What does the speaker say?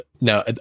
now